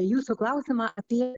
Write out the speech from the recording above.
jūsų klausimą apie